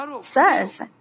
says